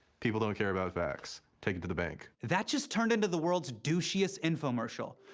people don't care about facts. take it to the bank. that just turned into the world's douchiest infomercial.